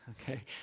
okay